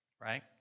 Right